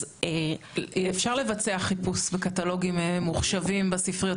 אז אפשר לבצע חיפוש בקטלוגים ממוחשבים בספריות